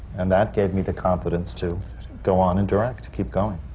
and that gave me the confidence to go on and direct, keep going.